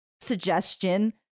suggestion